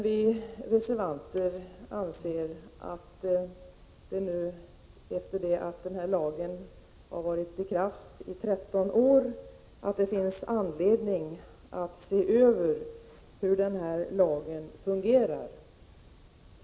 Vi reservanter anser dock att det efter det att denna lag har varit i kraft i 13 år finns anledning att se över hur lagen fungerar.